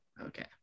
okay